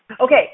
okay